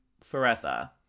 forever